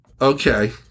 Okay